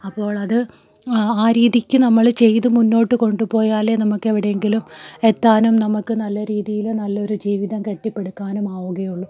അപ്പോൾ അത് ആ ആ രീതിയ്ക്ക് നമ്മൾ ചെയ്ത് മുന്നോട്ടു കൊണ്ടുപോയാലേ നമുക്ക് എവിടെയെങ്കിലും എത്താനും നമുക്ക് നല്ല രീതിയിൽ നല്ലൊരു ജീവിതം കെട്ടിപ്പടുക്കാനും ആവുകയള്ളൂ